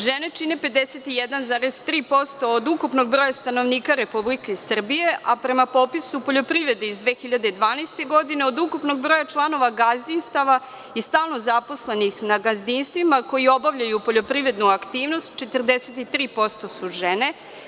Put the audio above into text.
Žene čine 51,3% od ukupnog broja stanovnika Republike Srbije, a prema popisu poljoprivrede iz 2012. godine, od ukupnog broja članova gazdinstava i stalno zaposlenih na gazdinstvima koji obavljaju poljoprivrednu aktivnost, 43% su žene.